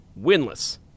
winless